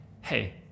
hey